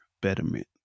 betterment